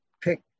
pick